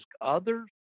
others